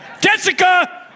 Jessica